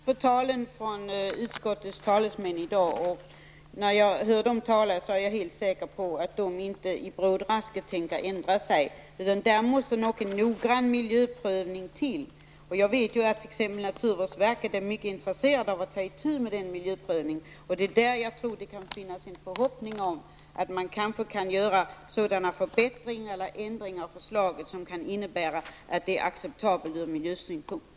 Herr talman! Jag har lyssnat på vad talesmännen för utskottet i dag här har sagt, och utifrån vad jag då har hört är jag helt säker på att de inte tänker ändra sig i brådrasket. Det behövs säkert en noggrann miljöprövning. Jag vet att man exempelvis på naturvårdsverket är mycket intresserad av att ta itu med en miljöprövning i detta sammanhang. Jag tror att man i det avseendet kan ha förhoppningar om att det går att göra sådana förbättringar eller ändringar beträffande förslaget som kan innebära att det hela blir acceptabelt ur miljösynpunkt.